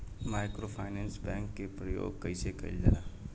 Microfinance bank के उपयोग कइसे कइल जाला?